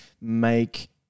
make